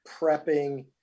prepping